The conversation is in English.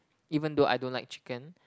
even though I don't like chicken